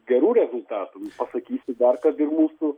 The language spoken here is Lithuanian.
gerų rezultatų pasakysiu kad ir mūsų